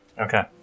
Okay